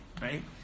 Right